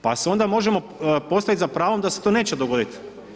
Pa si onda možemo postaviti za pravo da se to neće dogoditi.